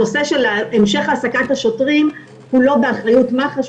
הנושא של המשך העסקת השוטרים הוא לא באחריות מח"ש.